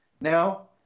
now